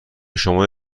شما